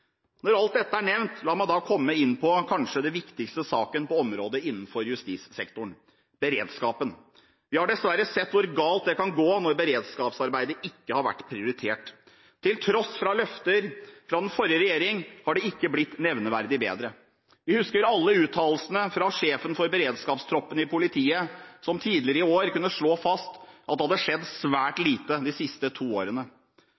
Når alt dette er nevnt, la meg da komme inn på den kanskje viktigste saken på området innenfor justissektoren: beredskapen. Vi har dessverre sett hvor galt det kan gå når beredskapsarbeidet ikke har vært prioritert. Til tross for løfter fra den forrige regjeringen har det ikke blitt nevneverdig bedre. Vi husker alle uttalelsene fra sjefen for beredskapstroppen i politiet, som tidligere i år kunne slå fast at det hadde skjedd svært lite de siste to årene.